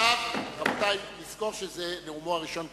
רבותי, נזכור שזה נאומו הראשון כשר.